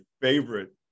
favorite